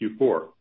Q4